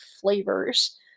flavors